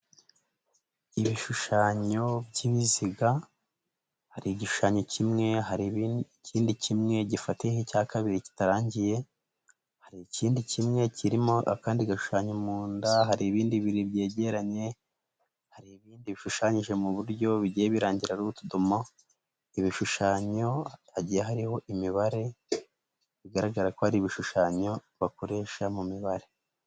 Ibishushanyo by'ibiziga, hari igishushanyo kimwe, hari ikindi kimwe gifatiyeho icya kabiri kitarangiye, hari ikindi kimwe kirimo akandi gashushanyo mu nda, hari ibindi bibiri byegeranye, hari ibindi bishushanyije mu buryo bigiye birangira hari utudomo, ibishushanyo hagiye hariho imibare, bigaragara ko hari ibishushanyo bakoresha mu mibare.